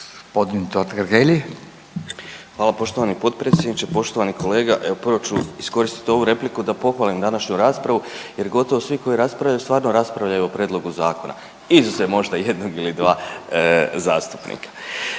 Hvala poštovani potpredsjedniče. Poštovani kolega, evo prvo ću iskoristit ovu repliku da pohvalim današnju raspravu jer gotovo svi koji raspravljaju stvarno raspravljaju o prijedlogu zakonu, izuzev možda jednog ili dva zastupnika.